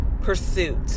pursuit